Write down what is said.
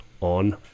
on